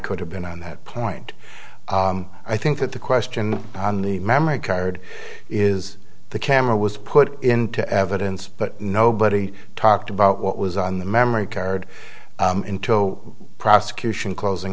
could have been on that point i think that the question on the memory card is the camera was put into evidence but nobody talked about what was on the memory card prosecution closing